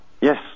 Yes